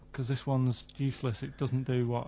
cause this one's useless, it doesn't do ah